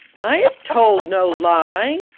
i have told no lie!